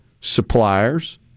suppliers